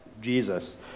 Jesus